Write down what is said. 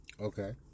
Okay